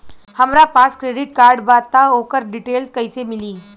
हमरा पास credit card बा त ओकर डिटेल्स कइसे मिली?